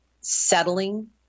settling